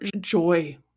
joy